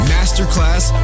Masterclass